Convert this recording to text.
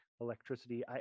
electricity